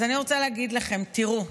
אז אני רוצה להגיד לכם: תראו,